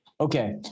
Okay